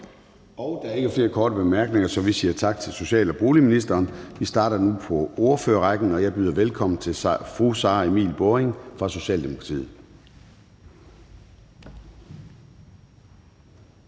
Der er ikke flere korte bemærkninger, så vi siger tak til social- og boligministeren. Vi starter nu på ordførerrækken, og jeg byder velkommen til fru Sara Emil Baaring fra Socialdemokratiet.